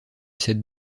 cette